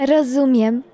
Rozumiem